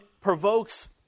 provokes